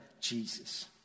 Jesus